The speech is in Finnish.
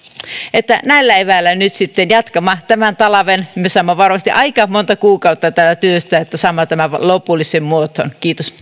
näillä eväillä nyt sitten jatkamme tämän talven me saamme varmasti aika monta kuukautta tätä työstää että saamme tämän lopulliseen muotoon kiitos